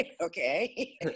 okay